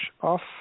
off